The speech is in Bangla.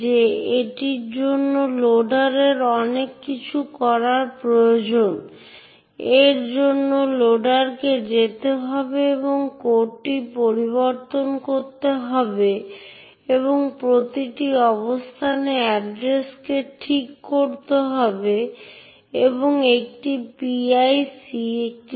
তাই এই লেকচারে আমরা ইউনিক্স সিকিউরিটি মেকানিজমের দিকে নজর দেব যা মূলত ইউনিক্স অপারেটিং সিস্টেমে অ্যাক্সেস কন্ট্রোল অর্জনের জন্য বিচক্ষণ অ্যাক্সেস কন্ট্রোল টেকনিক